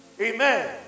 Amen